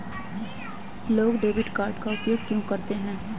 लोग debit card का उपयोग क्यों करते हैं?